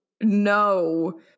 no